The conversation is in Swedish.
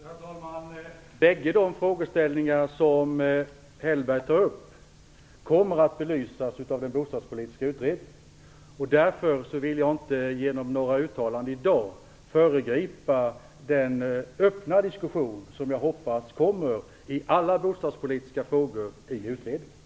Herr talman! Bägge de frågeställningar som Hellberg tar upp kommer att belysas av den bostadspolitiska utredningen. Jag vill inte genom några uttalanden i dag föregripa den öppna diskussion som jag hoppas kommer i alla bostadspolitiska frågor i utredningen.